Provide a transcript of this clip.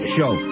Show